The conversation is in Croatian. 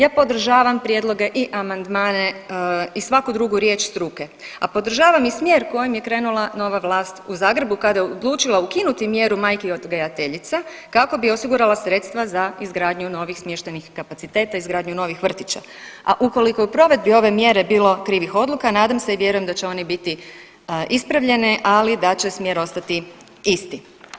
Ja podržavam prijedloge i amandmane i svaku drugu riječ struke, a podržavam i smjer kojim je krenula nova vlast u Zagrebu kada je odlučila ukinuti mjeru majki odgajateljica kako bi osigurala sredstva za izgradnju novih smještajnih kapaciteta i izgradnju novih vrtića, a ukoliko je u provedbi ove mjere bilo krivih odluka, nadam se i vjerujem da će oni biti ispravljene, ali da će smjer ostati isti.